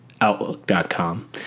Outlook.com